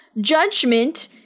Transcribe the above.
judgment